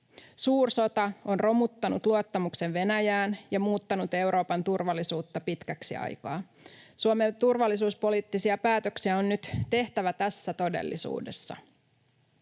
Suursota on romuttanut luottamuksen Venäjään ja muuttanut Euroopan turvallisuutta pitkäksi aikaa. Suomen turvallisuuspoliittisia päätöksiä on nyt tehtävä tässä todellisuudessa.